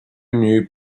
new